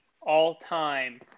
all-time –